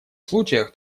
случаях